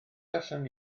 allwn